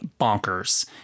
bonkers